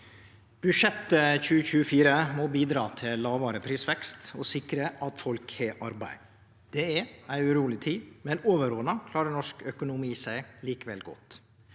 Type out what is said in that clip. Budsjettet for 2024 må bidra til lågare prisvekst og sikre at folk har arbeid. Det er ei uroleg tid, men overordna klarar norsk økonomi seg likevel godt.